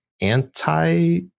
anti